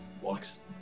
walks